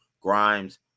Grimes